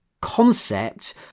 concept